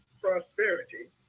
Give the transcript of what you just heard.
prosperity